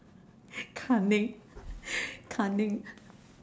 cunning cunning